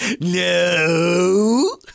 No